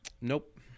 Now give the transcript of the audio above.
Nope